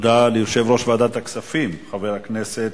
תודה ליושב-ראש ועדת הכספים, חבר הכנסת